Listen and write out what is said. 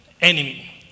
enemy